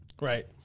Right